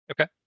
Okay